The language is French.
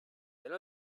elle